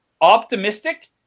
optimistic